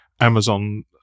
Amazon